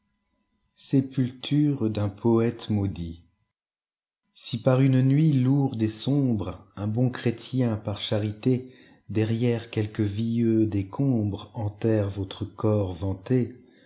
sépulture d'un poete maudit si par une nuit lourde et sombreun bon chrétien par charité derrière quelque vieux décembreenterre votre corps vanté